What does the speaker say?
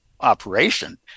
operation